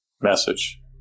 message